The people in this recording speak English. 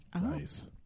Nice